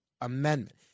Amendment